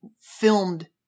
filmed